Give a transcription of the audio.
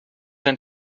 dein